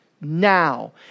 now